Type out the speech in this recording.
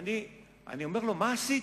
אני אומר לו: מה עשיתי?